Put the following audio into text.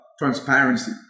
transparency